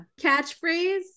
catchphrase